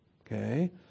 Okay